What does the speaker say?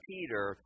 Peter